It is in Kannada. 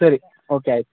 ಸರಿ ಓಕೆ ಆಯ್ತು